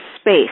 space